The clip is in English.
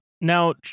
Now